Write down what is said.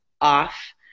off